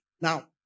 Now